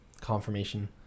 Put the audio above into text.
confirmation